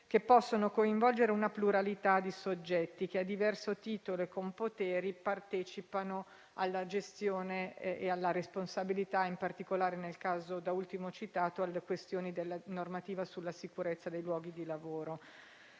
che possono coinvolgere una pluralità di soggetti che, a diverso titolo e con poteri, partecipano alla gestione e alla responsabilità, in particolare nel caso da ultimo citato relativo alle questioni inerenti la normativa sulla sicurezza nei luoghi di lavoro.